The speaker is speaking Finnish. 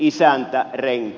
isäntä renki